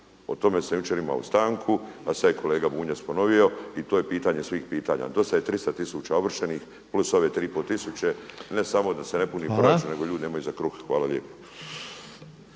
O tome sam jučer imao stanku, a sad je kolega Bunjac ponovio i to je pitanje svih pitanja. Dosta je 300 tisuća ovršenih plus ove tri i pol tisuće. Ne samo da se ne puni proračun, nego ljudi nemaju za kruh. Hvala lijepo.